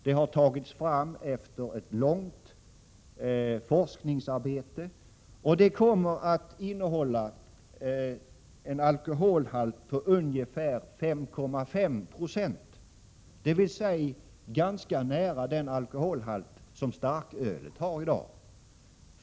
Det har tagits fram efter ett långt forskningsarbete och det kommer att innehålla en alkoholhalt på ungefär 5,5 70, dvs. ganska nära den alkoholhalt som starkölet har för närvarande.